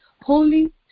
Holy